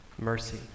mercy